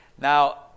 Now